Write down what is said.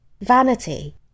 vanity